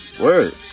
Word